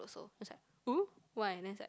oh why then I was like